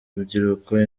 urubyiruko